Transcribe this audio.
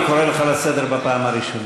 אני קורא אותך לסדר פעם ראשונה.